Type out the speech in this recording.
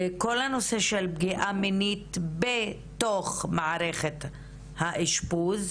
כל הנושא של פגיעה מינית בתוך מערכת האשפוז,